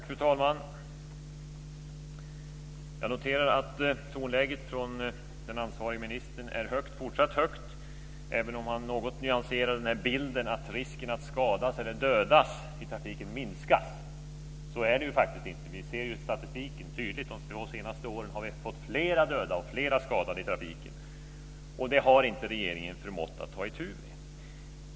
Fru talman! Jag noterar att tonläget från den ansvarige ministern är fortsatt högt, även om han något nyanserar bilden att risken att skadas eller dödas i trafiken minskar. Så är det ju inte. Vi ser tydligt i statistiken att vi de två senaste åren har fått flera dödade och flera skadade i trafiken. Det har regeringen inte förmått att ta itu med.